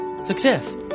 success